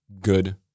good